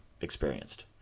experienced